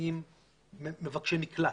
עם מבקשי מקלט.